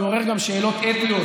מעורר גם שאלות אתיות.